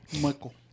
Michael